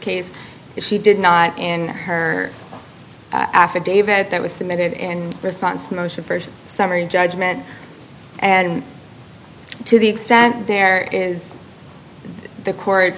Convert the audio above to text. if she did not in her affidavit that was submitted in response motion first summary judgment and to the extent there is the court